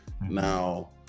Now